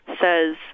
says